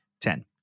Ten